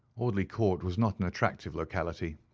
audley court was not an attractive locality.